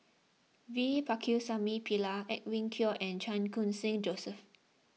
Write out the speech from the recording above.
V Pakirisamy Pillai Edwin Koek and Chan Khun Sing Joseph